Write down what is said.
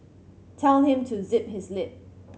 tell him to zip his lip